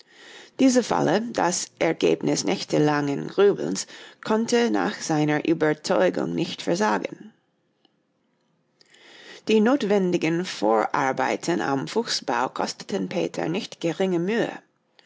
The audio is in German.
diese falle das ergebnis nächtelangen grübelns konnte nach seiner überzeugung nicht versagen die notwendigen vorarbeiten am fuchsbau kosteten peter nicht geringe mühe